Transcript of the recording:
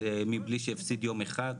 אני לא חושבת שזה מינוח נכון.